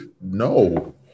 No